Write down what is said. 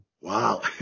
Wow